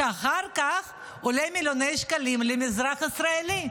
שאחר כך עולה מיליוני שקלים לאזרח הישראלי.